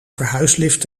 verhuislift